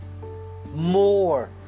more